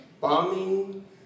bombing